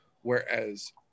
whereas